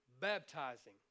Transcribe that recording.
baptizing